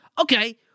okay